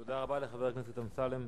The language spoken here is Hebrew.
תודה רבה לחבר הכנסת אמסלם.